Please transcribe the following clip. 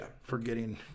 forgetting